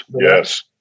yes